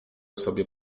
sobie